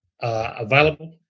available